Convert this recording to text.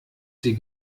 sie